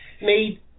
made